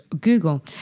Google